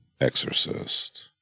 exorcist